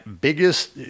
biggest